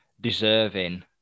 deserving